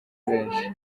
benshi